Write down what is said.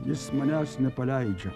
jis manęs nepaleidžia